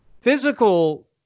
physical